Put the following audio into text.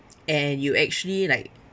and you actually like